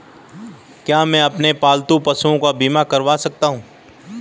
क्या मैं अपने पालतू पशुओं का बीमा करवा सकता हूं?